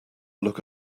look